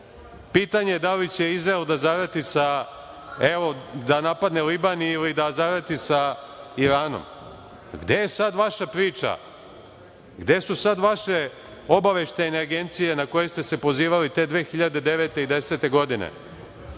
Pitanje je da li će Izrael da zarati da napadne Liban ili da zarati sa Iranom. Gde je sad vaša priča? Gde su sad vaše obaveštajne agencije na koje ste se pozivali te 2009. i 2010. godine,